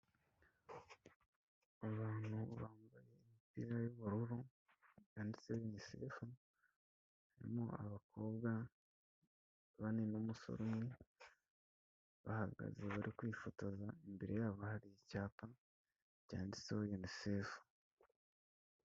Abantu bambaye imipira y'ubururu yanditse inisefu, harimo abakobwa bane n'umusore umwe, bahagaze bari kwifotoza, imbere yabo hari icyapa cyanditse yuniisefu.